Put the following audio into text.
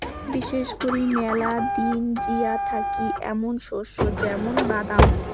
বিশেষ করি মেলা দিন জিয়া থাকি এ্যামুন শস্য য্যামুন বাদাম